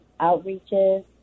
outreaches